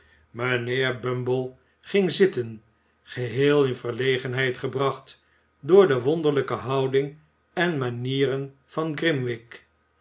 mijnheer bumble ging zitten geheel in verlegenheid gebracht door de wonderlijke houding en manieren van grimwig